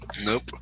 Nope